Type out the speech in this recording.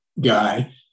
guy